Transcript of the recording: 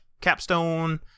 capstone